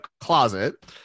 closet